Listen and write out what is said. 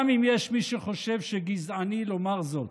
גם אם יש מי שחושב שגזעני לומר זאת.